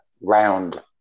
round